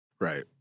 Right